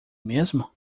mesmo